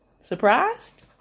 Surprised